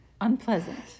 unpleasant